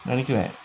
and if you had